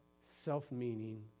self-meaning